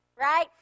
right